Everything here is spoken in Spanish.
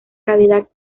cavidad